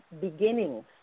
beginnings